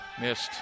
missed